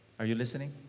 are you listening?